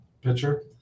picture